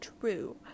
true